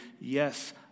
yes